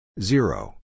Zero